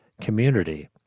community